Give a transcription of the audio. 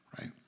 right